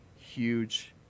huge